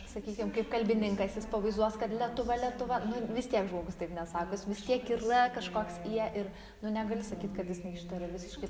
sakykim kaip kalbininkas jis pavaizuos kad lietuva lietuva nu vis tiek žmogus taip nesako jis vis tiek ir l kažkoks ie ir nu negali sakyt kad jis neištaria visiškai